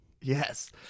Yes